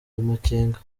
amakenga